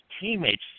teammates